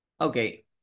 Okay